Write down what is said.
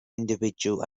individual